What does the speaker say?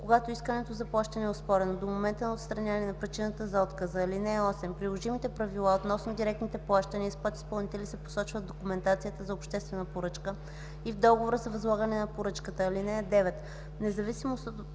когато искането за плащане е оспорено, до момента на отстраняване на причината за отказа. (8) Приложимите правила относно директните разплащания с подизпълнители се посочват в документацията за обществената поръчка и в договора за възлагане на поръчката. (9)